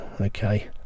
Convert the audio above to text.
Okay